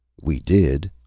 we did,